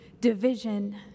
division